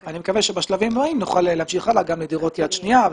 אני מקווה שבשלבים הבאים נוכל להמשיך הלאה גם עם דירות יד שנייה.